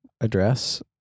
address